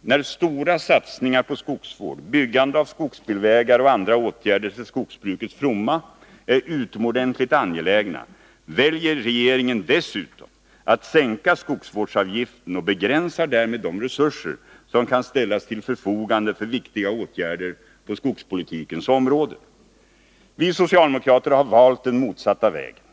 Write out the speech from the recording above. när stora satsningar på skogsvård, byggande av skogsbilvägar Anslag inom jordoch andra åtgärder till skogsbrukets fromma är utomordentligt angelägna, bruksdepartemenväljer regeringen dessutom att sänka skogsvårdsavgiften och begränsar = jos verksamhetsdärmed de resurser som kan ställas till förfogande för viktiga åtgärder på — område Vi socialdemokrater har valt den motsatta vägen.